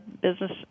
business